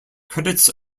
credits